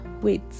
wait